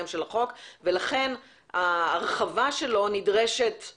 של החוק היום ולכן ההרחבה שלו נדרשת,